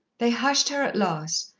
they hushed her at last,